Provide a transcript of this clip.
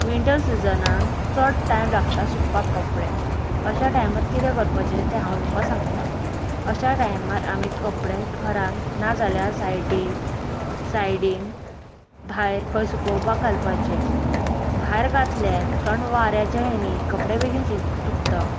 winter सिजनान चड time लागता सुकपाक कपडे अश्या टायमार कितें करपाचे ते हांव तुमकां सांगता अश्या टायमार आमी कपडे घरान ना जाल्या सायडीन सायडीन भायर खंय सुकोवपाक घालपाचे भायर घातल्यार थंड वाऱ्याच्या हेणी कपडे बेगीन सुक चुकता